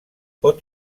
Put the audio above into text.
pot